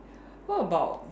what about